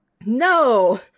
No